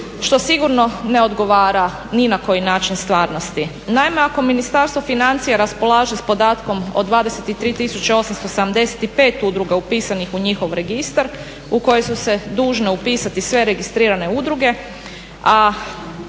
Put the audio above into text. što sigurno ne odgovara ni na koji način stvarnosti. Naime, ako Ministarstvo financija raspolaže s podatkom od 23,875 udruga upisanih u njihov registar u koji su se dužne upisati sve registrirane udruge,